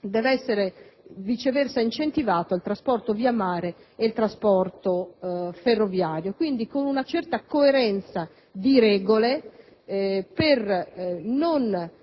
doveva essere viceversa incentivato il trasporto via mare e ferroviario: si trattava di adottare una certa coerenza di regole per non sfruttare